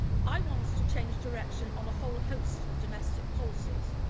i want us to change direction on a whole host of domestic policies.